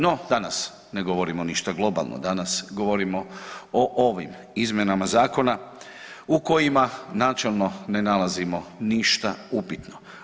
No danas ne govorimo ništa globalno, danas govorimo o ovim izmjenama zakona u kojima načelno ne nalazimo ništa upitno.